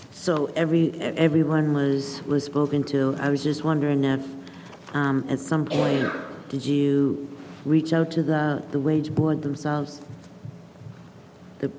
so every everyone was was book until i was just wondering if at some point did you reach out to the rage board themselves that